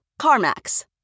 CarMax